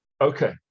Okay